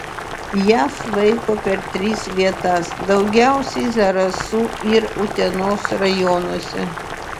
jas laiko per tris vietas daugiausiai zarasų ir utenos rajonuose